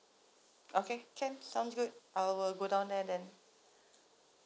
okay can sounds good I will go down there then